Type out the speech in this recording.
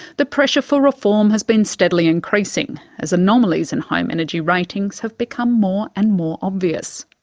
the pressure for reform has been steadily increasing, as anomalies in home energy ratings have become more and more obvious.